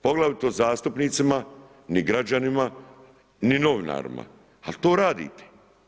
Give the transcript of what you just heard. Poglavito zastupnicima ni građanima, ni novinarima, ali to radite.